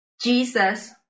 Jesus